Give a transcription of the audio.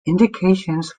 indications